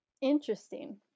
Interesting